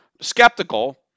skeptical